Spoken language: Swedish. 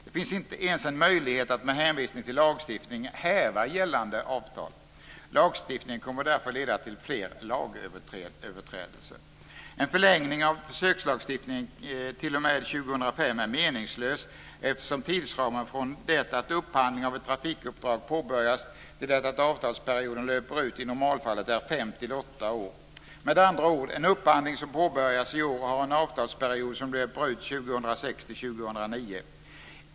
Det finns inte ens en möjlighet att med hänvisning till lagstiftningen häva gällande avtal. Lagstiftningen kommer därför att leda till fler lagöverträdelser. 2005 är meningslös eftersom tidsramen från det att upphandling av ett trafikuppdrag påbörjas till det att avtalsperioden löper ut i normalfallet är 5-8 år. Med andra ord har en upphandling som påbörjas i år en avtalsperiod som löper ut 2006-2009.